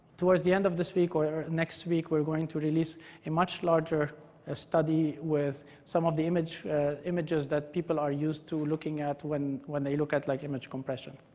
towards the end of this week or next week, we're going to release and much larger ah study with some of the images that people are used to looking at when when they look at like image compression.